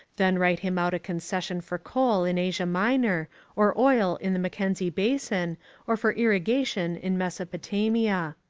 then write him out a concession for coal in asia minor or oil in the mackenzie basin or for irrigation in mesopotamia.